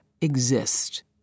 exist